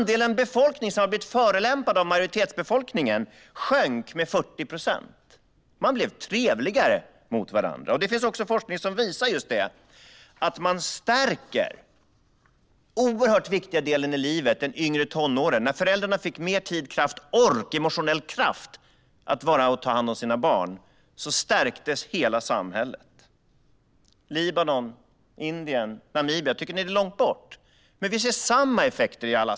Den andel av befolkningen som hade blivit förolämpad av majoritetsbefolkningen sjönk med 40 procent. Folk blev trevligare mot varandra. Det finns forskning som visar att man stärker den oerhört viktiga delen i livet som de yngre tonåren utgör. När föräldrarna fick mer tid, emotionell kraft och ork att ta hand om sina barn stärktes hela samhället. Libanon, Indien och Namibia - tycker ni att det är långt borta? Vi ser samma effekter i Alaska.